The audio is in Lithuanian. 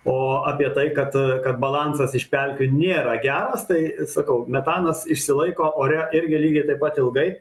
o apie tai kad kad balansas iš pelkių nėra geras tai sakau metanas išsilaiko ore irgi lygiai taip pat ilgai